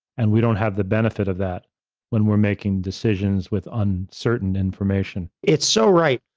and we don't have the benefit of that when we're making decisions with uncertain information. it's so right,